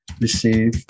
receive